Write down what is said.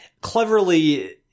cleverly